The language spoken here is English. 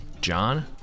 John